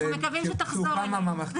אנחנו מקווים שתחזור אלינו.